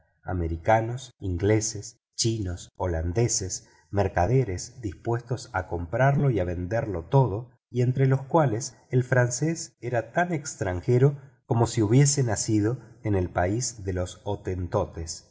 americanos ingleses chinos holandeses mercaderes dispuestos a comprarlo y a venderlo todo y entre los cuales el francés era tan extranjero como si hubiese nacido en el país de los